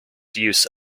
use